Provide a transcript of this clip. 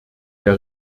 der